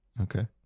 Okay